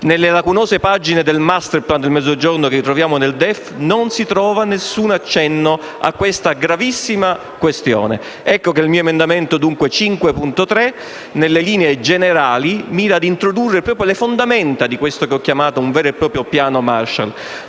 Nelle lacunose numerose pagine del *masterplan* sul Mezzogiorno che troviamo nel DEF non si trova nessun accenno a questa gravissima questione. Ecco che il mio emendamento 5.3, nelle linee generali, mira ad introdurre proprio le fondamenta di questo che ho chiamato un vero e proprio piano Marshall,